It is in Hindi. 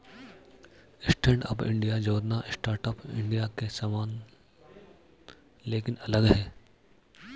स्टैंडअप इंडिया योजना स्टार्टअप इंडिया के समान लेकिन अलग है